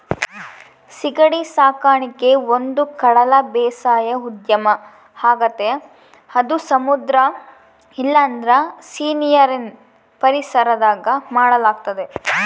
ಸೀಗಡಿ ಸಾಕಣಿಕೆ ಒಂದುಕಡಲ ಬೇಸಾಯ ಉದ್ಯಮ ಆಗೆತೆ ಅದು ಸಮುದ್ರ ಇಲ್ಲಂದ್ರ ಸೀನೀರಿನ್ ಪರಿಸರದಾಗ ಮಾಡಲಾಗ್ತತೆ